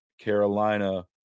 Carolina